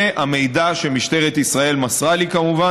זה המידע שמשטרת ישראל מסרה לי, כמובן.